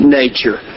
nature